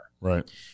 Right